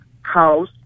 House